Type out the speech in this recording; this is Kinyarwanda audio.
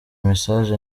message